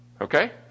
Okay